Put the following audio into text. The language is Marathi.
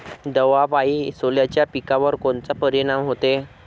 दवापायी सोल्याच्या पिकावर कोनचा परिनाम व्हते?